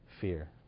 fear